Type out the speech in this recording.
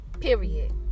Period